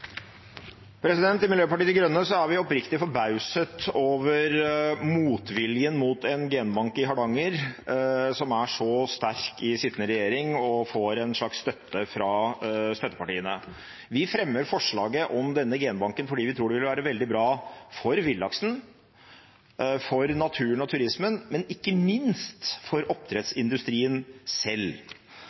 vi oppriktig forbauset over motviljen mot en genbank i Hardanger, som er så sterk i sittende regjering og får en slags støtte fra støttepartiene. Vi fremmer forslaget om denne genbanken fordi vi tror det vil være veldig bra for villaksen, for naturen og turismen, men ikke minst for oppdrettsindustrien selv.